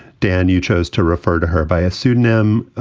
dan, you chose to refer to her by a pseudonym,